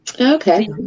Okay